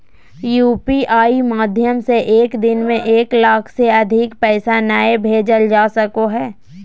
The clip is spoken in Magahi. यू.पी.आई माध्यम से एक दिन में एक लाख से अधिक पैसा नय भेजल जा सको हय